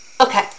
Okay